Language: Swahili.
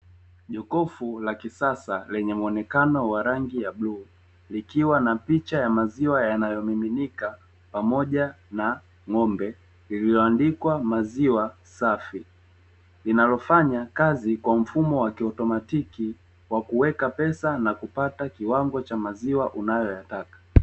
Jokofu la kisasa lenye muonekano wa rangi ya bluu likiwa na picha ya maziwa yanayomiminika pamoja na ng'ombe lililoandikwa "maziwa safi", linalofanya kazi kwa mfumo wa kiotomatiki wa kuweka pesa na kupata kiwango cha maziwa unayoyataka.